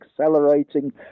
accelerating